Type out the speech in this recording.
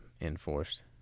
enforced